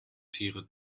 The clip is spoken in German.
tiere